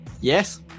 yes